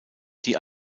die